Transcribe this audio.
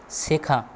শেখা